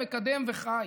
מקדם וחי.